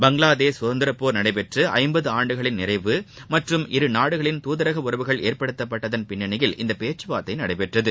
பங்களாதேஷ் சுதந்திரப் போர் நடைபெற்று ஐம்பது ஆண்டுகளின் நிறைவு மற்றும் இருநாடுகளின் துதரக உறவுகள் ஏற்படுத்தப்பட்டதன் பின்னணியில் இந்தப் பேச்சுவார்த்தை நடைபெற்றது